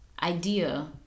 idea